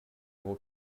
will